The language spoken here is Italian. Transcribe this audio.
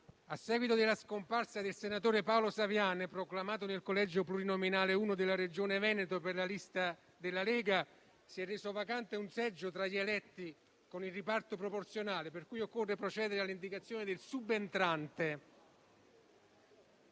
a seguito della scomparsa del senatore Paolo Saviane, proclamato nel collegio plurinominale 1 della Regione Veneto per la lista della Lega, si è reso vacante un seggio tra gli eletti con il riparto proporzionale, per cui occorre procedere all'indicazione del subentrante.